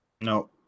No